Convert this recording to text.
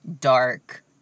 dark